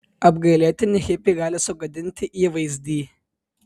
apgailėtini hipiai gali sugadinti įvaizdį